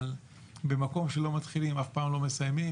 אבל במקום שלא מתחילים אף פעם לא מסיימים,